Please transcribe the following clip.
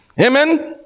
Amen